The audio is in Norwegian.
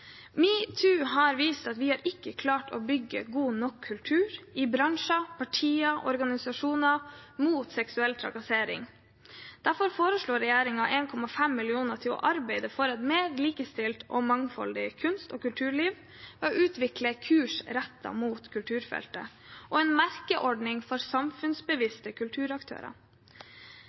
utfordringer. Metoo har vist at vi ikke har klart å bygge god nok kultur i bransjer, partier og organisasjoner mot seksuell trakassering. Derfor foreslår regjeringen 1,5 mill. kr til å arbeide for et mer likestilt og mangfoldig kunst- og kulturliv ved å utvikle kurs rettet mot kulturfeltet og en merkeordning for samfunnsbevisste kulturaktører.